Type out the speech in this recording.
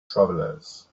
travelers